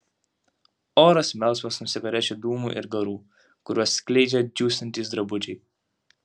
oras melsvas nuo cigarečių dūmų ir garų kuriuos skleidžia džiūstantys drabužiai